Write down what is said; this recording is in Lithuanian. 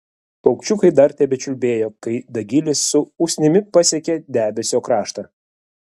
paukščiukai dar tebečiulbėjo kai dagilis su usnimi pasiekė debesio kraštą